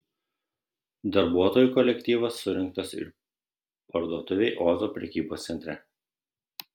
darbuotojų kolektyvas surinktas ir parduotuvei ozo prekybos centre